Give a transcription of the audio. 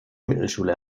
mittelschule